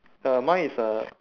uh mine is a